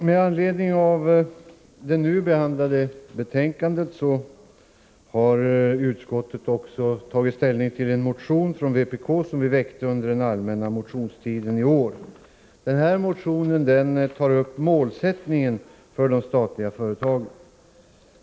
Herr talman! I det nu behandlade betänkandet har utskottet också tagit ställning till en motion från vpk, väckt under den allmänna motionstiden i år. I denna motion tas målsättningen för de statliga företagen upp.